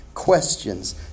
Questions